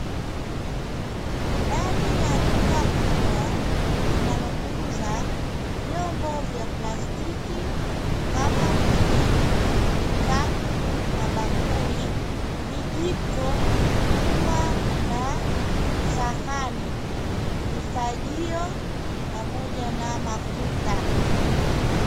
Ndani ya duka kubwa linalouza vyombo vya plastiki kama vile: vikapu, mabakuli, vijiko, uma na sahani, mifagio pamoja na mafuta.